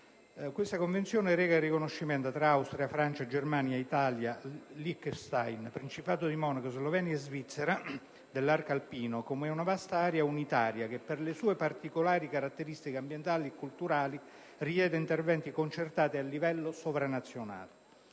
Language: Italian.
Tale Convenzione reca il riconoscimento - tra Austria, Francia, Germania, Italia, Liechtenstein, Principato di Monaco, Slovenia e Svizzera - dell'arco alpino come una vasta area unitaria che, per le sue particolari caratteristiche ambientali e culturali, richiede interventi concertati a livello sovranazionale.